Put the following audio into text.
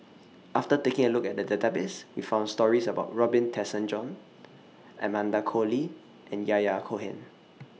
after taking A Look At The Database We found stories about Robin Tessensohn Amanda Koe Lee and Yahya Cohen